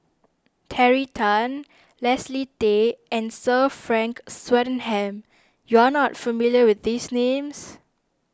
Terry Tan Leslie Tay and Sir Frank Swettenham you are not familiar with these names